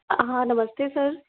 हाँ नमस्ते सर